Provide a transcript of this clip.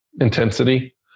intensity